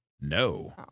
No